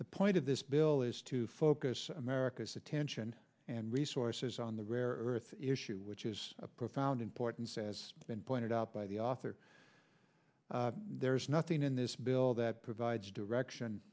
the point of this bill is to focus america's attention and resources on the rare earth issue which is profound importance as been pointed out by the author there's nothing in this bill that provides direction